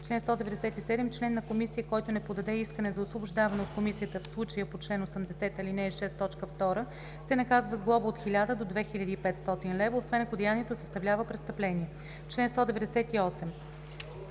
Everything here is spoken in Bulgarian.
„Чл. 197. Член на комисия, който не подаде искане за освобождаване от комисията в случая по чл. 80, ал. 6, т. 2, се наказва с глоба от 1000 до 2500 лв., освен ако деянието съставлява престъпление.“